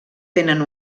tenen